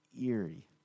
eerie